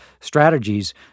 strategies